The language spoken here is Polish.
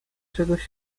czegoś